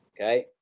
Okay